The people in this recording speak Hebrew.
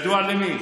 זה ידוע למי?